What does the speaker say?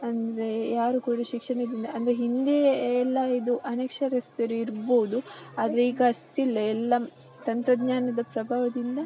ಅಂದರೆ ಯಾರು ಕೂಡ ಶಿಕ್ಷಣದಿಂದ ಅಂದರೆ ಹಿಂದೆ ಎಲ್ಲ ಇದು ಅನಕ್ಷರಸ್ಥರು ಇರ್ಬೋದು ಆದರೆ ಈಗ ಅಷ್ಟಿಲ್ಲ ಎಲ್ಲ ತಂತ್ರಜ್ಞಾನದ ಪ್ರಭಾವದಿಂದ